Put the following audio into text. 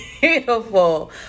beautiful